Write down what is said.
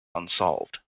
unsolved